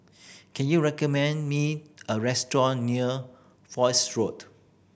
can you recommend me a restaurant near Foch Road